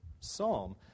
psalm